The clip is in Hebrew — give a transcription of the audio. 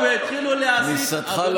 חבר